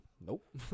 nope